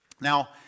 Now